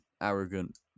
arrogant